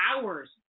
hours